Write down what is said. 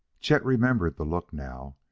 chet remembered the look now,